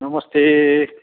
नमस्ते